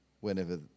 whenever